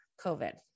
COVID